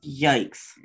Yikes